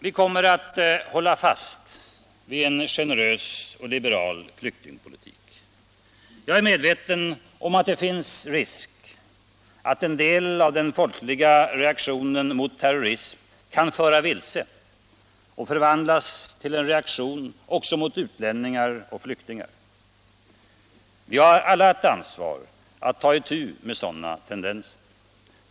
Vi kommer att hålla fast vid en generös och liberal flyktingpolitik. Jag är medveten om att det finns risk för att en del av den folkliga reaktionen mot terrorism kan föra vilse och förvandlas till en reaktion också mot utlänningar och flyktingar. Vi har alla ett ansvar att ta itu med sådana tendenser.